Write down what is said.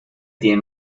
tienen